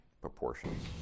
proportions